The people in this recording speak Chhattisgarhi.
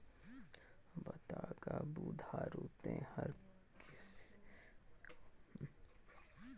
बता गा बुधारू ते हर कृसि लोन काबर लेहे हस अउ ओखर उपयोग काम्हा करथस